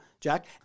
Jack